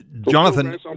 Jonathan